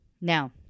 Now